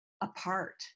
apart